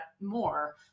more